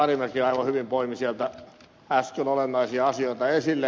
karimäki aivan hyvin poimi sieltä äsken olennaisia asioita esille